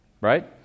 right